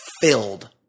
filled